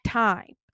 time